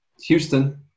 Houston